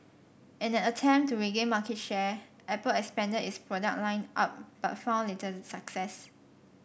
in an attempt to regain market share Apple expanded its product line up but found little success